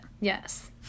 Yes